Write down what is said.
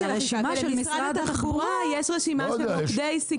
למשרד התחבורה יש רשימה של מוקדי סיכון,